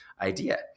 idea